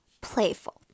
playful